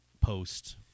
post